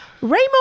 Raymond